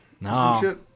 No